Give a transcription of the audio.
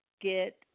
get